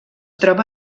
troba